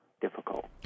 difficult